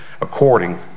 according